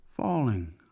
falling